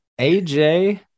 AJ